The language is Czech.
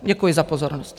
Děkuji za pozornost.